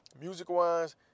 music-wise